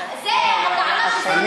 גם אם הוא לא מיותר,